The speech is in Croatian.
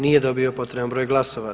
Nije dobio potreban broj glasova.